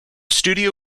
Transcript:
studio